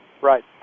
right